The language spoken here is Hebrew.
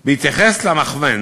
הלימוד.